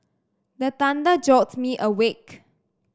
the thunder jolt me awake